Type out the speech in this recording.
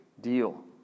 deal